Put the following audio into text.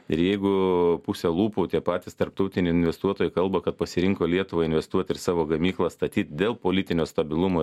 ir jeigu puse lūpų tie patys tarptautiniai investuotojai kalba kad pasirinko lietuvai investuot ir savo gamyklą statyt dėl politinio stabilumo